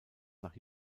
nach